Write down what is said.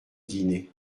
dîner